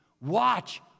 Watch